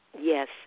Yes